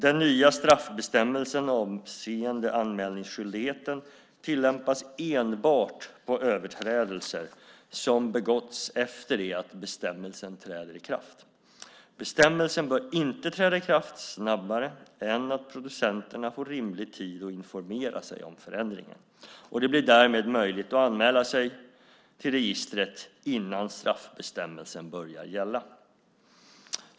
Den nya straffbestämmelsen avseende anmälningsskyldigheten tillämpas enbart på överträdelser som begåtts efter det att bestämmelsen träder i kraft. Bestämmelsen bör inte träda i kraft snabbare än att producenterna får rimlig tid att informera sig om förändringen. Det blir därmed möjligt att anmäla sig till registret innan straffbestämmelsen börjar gälla.